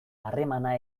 harremana